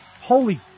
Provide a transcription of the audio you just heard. Holy